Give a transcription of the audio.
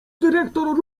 dyrektor